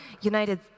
United